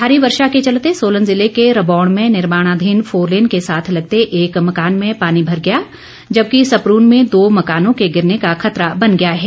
भारी वर्षा के चलते सोलन जिले के रबौण में निर्माणाधीन फोरलेन के साथ लगते एक मकान में पानी भर गया जबकि सपरून में दो मकानों के गिरने का खतरा बन गया है